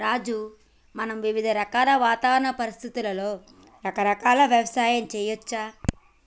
రాజు మనం వివిధ రకాల వాతావరణ పరిస్థితులలో రకరకాల యవసాయం సేయచ్చు